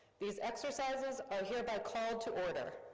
these exercises are hereby called to order.